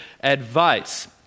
advice